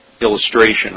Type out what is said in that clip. illustration